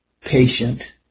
patient